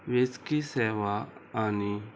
वैजकी सेवा आनी